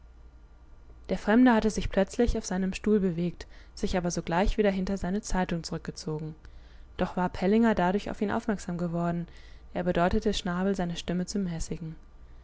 der fremde hatte sich plötzlich auf seinem stuhl bewegt sich aber sogleich wieder hinter seine zeitung zurückgezogen doch war pellinger dadurch auf ihn aufmerksam geworden er bedeutete schnabel seine stimme zu mäßigen